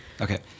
Okay